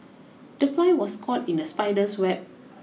the fly was caught in the spider's web